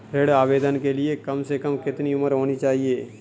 ऋण आवेदन के लिए कम से कम कितनी उम्र होनी चाहिए?